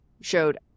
showed